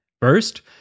First